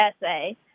essay